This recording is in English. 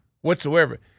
whatsoever